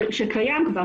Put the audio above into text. שקיים כבר.